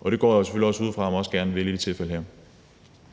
Og det går jeg selvfølgelig også ud fra, at man også gerne vil i det tilfælde her.